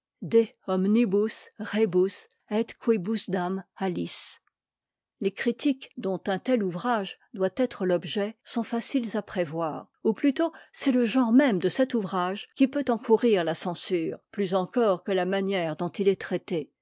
les critiques dont un tel ouvrage doit être l'objet sont faciles à prévoir ou plutôt c'est le genre même de cet ouvrage qui peut encourir la censure plus encore que la manière dont il est traité